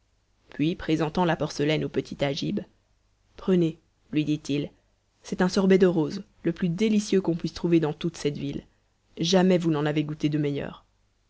puis présentant la porcelaine au petit agib prenez lui dit-il c'est un sorbet de rose le plus délicieux qu'on puisse trouver dans toute cette ville jamais vous n'en avez goûté de meilleur